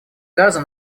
газа